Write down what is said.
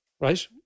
right